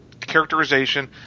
characterization